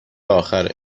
آخره